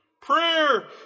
Prayer